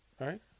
right